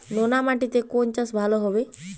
নোনা মাটিতে কোন চাষ ভালো হবে?